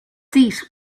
seat